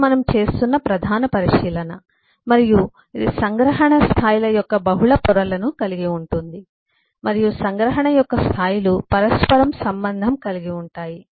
ఇది మనము చేస్తున్న ప్రధాన పరిశీలన మరియు ఇది సంగ్రహణ స్థాయిల యొక్క బహుళ పొరలను కలిగి ఉంది మరియు సంగ్రహణ యొక్క స్థాయిలు పరస్పరం సంబంధం కలిగి ఉంటాయి